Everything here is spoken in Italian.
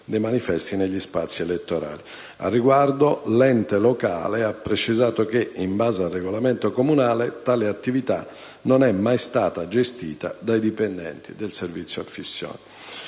Al riguardo l'ente locale ha precisato che, in base al regolamento comunale, tale attività non è mai stata gestita dai dipendenti del servizio affissioni.